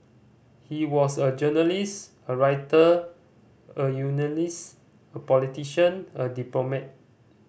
he was a journalist a writer a unionist a politician a diplomat